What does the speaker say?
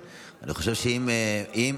אגב,